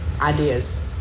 ideas